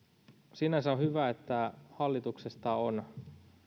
sinänsä on hyvä että hallituksesta on